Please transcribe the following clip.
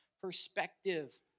perspective